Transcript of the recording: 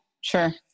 Sure